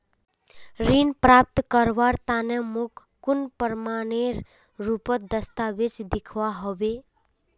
ऋण प्राप्त करवार तने मोक कुन प्रमाणएर रुपोत दस्तावेज दिखवा होबे?